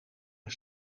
een